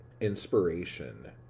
inspiration